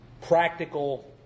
practical